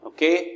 Okay